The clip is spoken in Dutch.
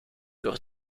door